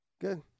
Good